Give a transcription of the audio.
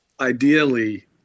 Ideally